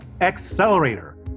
Accelerator